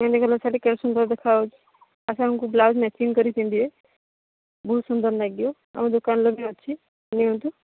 mehndi colour ଶାଢ଼ୀ କେଡ଼େ ସୁନ୍ଦର ଦେଖାଯାଉଛି ଆ ସାଙ୍ଗକୁ ବ୍ଲାଉଜ୍ ମ୍ୟାଚିଙ୍ଗ କରିକି ପିନ୍ଧିବେ ବହୁତ ସୁନ୍ଦର ଲାଗିବ ଆମ ଦୋକାନର ବି ଅଛି ନିଅନ୍ତୁ